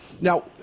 Now